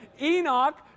Enoch